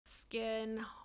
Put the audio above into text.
skin